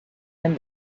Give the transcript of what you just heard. and